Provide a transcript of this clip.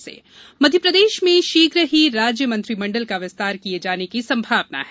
मंत्री मंडल विस्तार मध्यप्रदेश में शीघ्र ही राज्य मंत्रिमण्डल का विस्तार किये जाने की संभावना है